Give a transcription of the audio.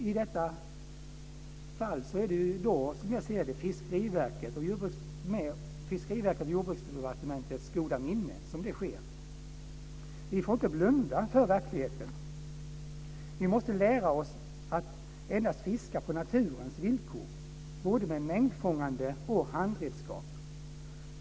I så fall sker det, som jag ser det, med Fiskeriverkets och Jordbruksdepartementets goda minne. Vi får inte blunda för verkligheten. Vi måste lära oss att endast fiska på naturens villkor, både med mängdfångande redskap och med handredskap.